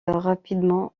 rapidement